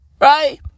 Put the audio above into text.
right